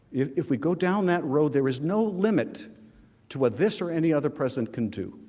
if if we go down that road there is no limit to what this or any other person can to